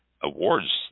awards